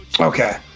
Okay